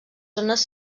zones